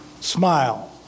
smile